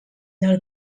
del